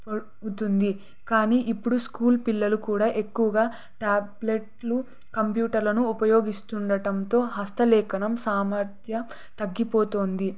అవుతుంది కానీ ఇప్పుడు స్కూల్ పిల్లలు కూడా ఎక్కువగా ట్యాబ్లెట్లు కంప్యూటర్లను ఉపయోగిస్తుండటంతో హస్తలేఖనం సామర్థ్యం తగ్గిపోతోంది